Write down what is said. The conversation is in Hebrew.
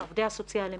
העובדים הסוציאליים,